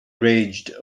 raged